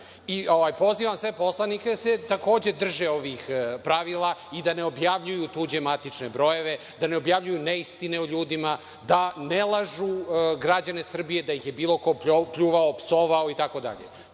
Pozivam sve poslanike da se takođe drže ovih pravila i da ne objavljuju tuđe matične brojeve, da ne objavljuju neistine o ljudima, da ne lažu građane Srbije da ih je bilo ko pljuvao, psovao itd.